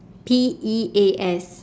P E A S